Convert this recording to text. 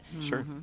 Sure